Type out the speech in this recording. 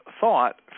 thought